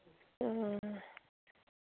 हां